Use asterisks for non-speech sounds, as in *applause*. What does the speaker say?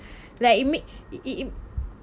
*breath* like it make it it